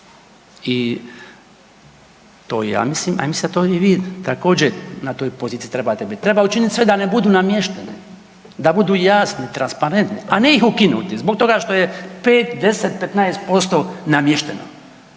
i to ja mislim, a mislite to i vi također na toj poziciji trebate biti, treba učiniti sve da ne budu namješteni da budu jasni transparentni, a ne ih ukinuti zbog toga što je 5, 10, 15% namješteno.